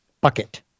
bucket